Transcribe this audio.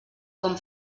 com